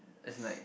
as in like